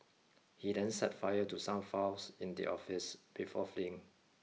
he then set fire to some files in the office before fleeing